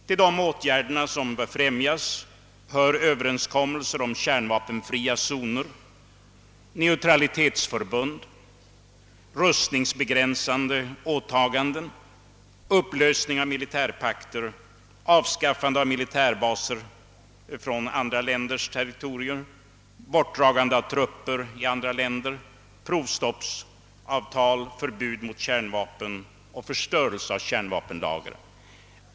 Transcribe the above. Till de åtgärder som bör främjas hör överenskommelser om kärnvapenfria zoner, neutralitetsförbund, rustningsbegränsande åtaganden, upplösning av militärpakter, avskaffande av militärbaser på andra länders territorium, bortdragande av trupper i andra länder, provstoppsavtal, förbud mot kärnvapen och förstörelse av kärnvapenlager.